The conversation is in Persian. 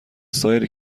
سایر